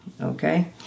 okay